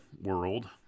world